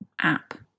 app